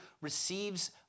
receives